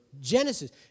Genesis